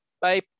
Bye